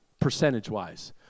percentage-wise